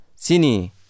Sini